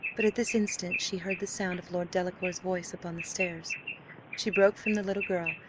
but at this instant she heard the sound of lord delacour's voice upon the stairs she broke from the little girl,